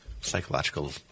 psychological